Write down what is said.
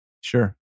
Sure